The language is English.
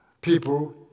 People